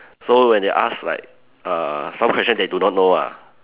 so when they ask like err some question they do not know ah